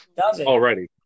already